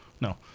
No